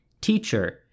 Teacher